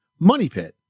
MONEYPIT